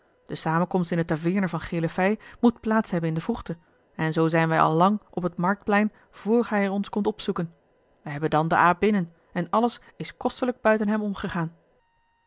de samenkomst in de taveerne van gele fij moets plaats hebben in de vroegte en zoo zijn wij al lang op het marktplein vr hij er ons komt opzoeken wij hebben dan den aap binnen en alles is kostelijk buiten hem omgegaan